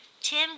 Tim